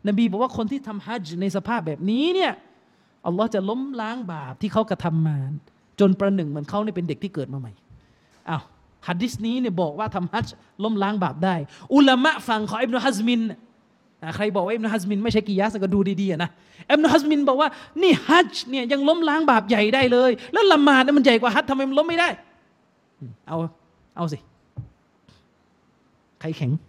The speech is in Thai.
นบีบอกว่าคนที่ทำฮัจญ์ในสภาพแบบนี้เนี่ย อัลลอฮ์จะล้มล้างบาปที่เขากระทำมา จนประหนึ่งเหมือนเขาเนี่ยเป็นเด็กที่เกิดมาใหม่ อ้าว ฮัดดิสนี้เนี่ยบอกว่าทำฮัจญ์ล้มล้างบาปได้ อุลามะฝั่งของอิบนุฮัจมิน อ่า ใครบอกว่าอิบนุฮัจมินไม่ใช่กิยาส ก็ดูดีๆ อะนะ อิบนุฮัจมินบอกว่านี่ฮัจญ์เนี่ยยังล้มล้างบาปใหญ่ได้เลย แล้วละหมาดเนี่ยมันใหญ่กว่าฮัจญ์ ทำไมมันล้มไม่ได้? อืม เอา เอาสิ ใครแข็ง?